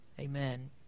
Amen